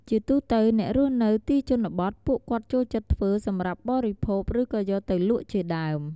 ជាទូទៅអ្នករស់នៅទីជនបទពួកគាត់ចូលចិត្តធ្វើសម្រាប់បរិភោគ ឬក៏យកទៅលក់ជាដើម។